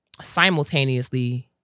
simultaneously